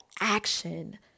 action